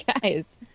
guys